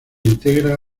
integra